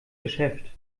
geschäft